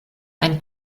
ein